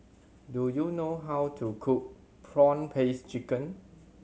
do you know how to cook prawn paste chicken